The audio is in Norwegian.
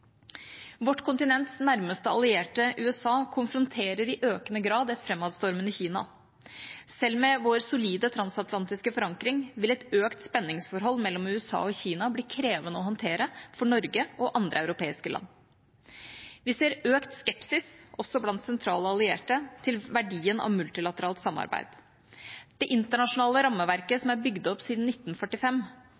Vårt kontinents nærmeste allierte, USA, konfronterer i økende grad et fremadstormende Kina. Selv med vår solide transatlantiske forankring vil et økt spenningsforhold mellom USA og Kina bli krevende å håndtere for Norge og andre europeiske land. Vi ser økt skepsis, også blant sentrale allierte, til verdien av multilateralt samarbeid. Det internasjonale rammeverket